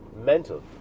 mental